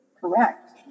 Correct